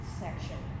section